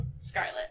Scarlet